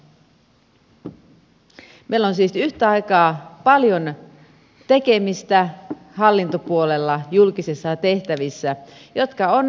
meillä on siis yhtä aikaa paljon tekemistä hallintopuolella julkisissa tehtävissä jotka ovat niin sanottu